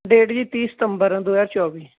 date ਜੀ ਤੀਹ ਸਤੰਬਰ ਦੋ ਹਜ਼ਾਰ ਚੌਵੀ